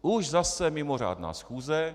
Už zase mimořádná schůze.